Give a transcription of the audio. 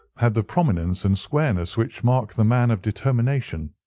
had the prominence and squareness which mark the man of determination.